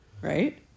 right